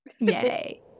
Yay